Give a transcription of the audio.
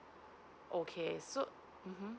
okay so uh mm